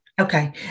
Okay